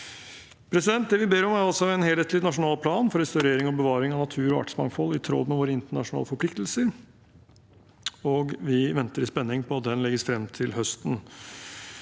utfordringer. Det vi ber om, er altså en helhetlig, nasjonal plan for restaurering og bevaring av natur og artsmangfold, i tråd med våre internasjonale forpliktelser. Vi venter i spenning på at den skal legges frem til høsten.